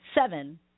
seven